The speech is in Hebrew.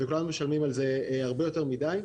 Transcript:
וכולנו משלמים על זה הרבה יותר מידיי.